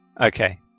Okay